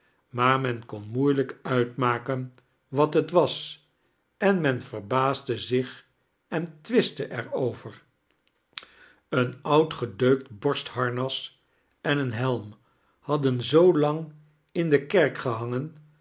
maar men kon moeilijk uitmaken wat het was en men verbaasde zich en twistte er over een oud gedeukt borstharnas en een helm hadden zoo lang in de berk gehangen